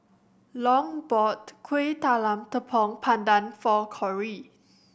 long bought Kuih Talam Tepong Pandan for Corrie